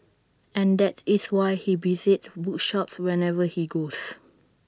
and that is why he visits bookshops wherever he goes